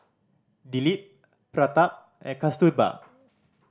Dilip Pratap and Kasturba